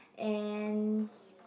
and